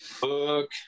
Book